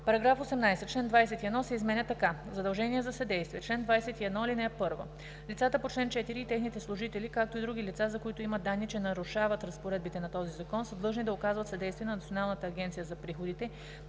§ 18. Член 21 се изменя така: „Задължение за съдействие Чл. 21. (1) Лицата по чл. 4 и техните служители, както и други лица, за които има данни, че нарушават разпоредбите на този закон, са длъжни да оказват съдействие на Националната агенция за приходите